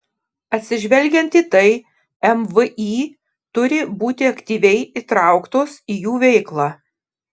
atsižvelgiant į tai mvį turi būti aktyviai įtrauktos į jų veiklą